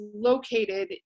located